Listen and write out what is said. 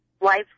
life